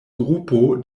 grupo